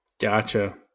Gotcha